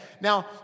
Now